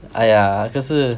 !aiya! 可是